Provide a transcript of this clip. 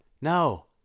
No